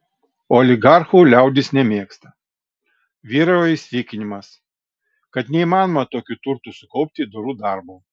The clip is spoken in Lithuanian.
oligarchų liaudis nemėgsta vyrauja įsitikinimas kad neįmanoma tokių turtų sukaupti doru darbu